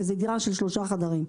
וזו דירה של שלושה חדרים.